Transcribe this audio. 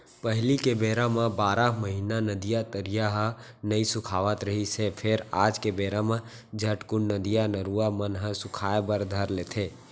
पहिली के बेरा म बारह महिना नदिया, तरिया ह नइ सुखावत रिहिस हे फेर आज के बेरा म झटकून नदिया, नरूवा मन ह सुखाय बर धर लेथे